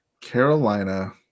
Carolina